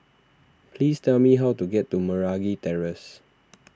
please tell me how to get to Meragi Terrace